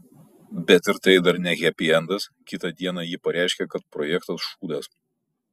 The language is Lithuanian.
bet ir tai dar ne hepiendas kitą dieną ji pareiškė kad projektas šūdas